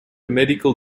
medical